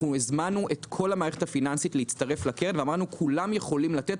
הזמנו את כל המערכת הפיננסית להצטרף לקרן ואמרנו: כולם יכולים לתת.